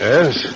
Yes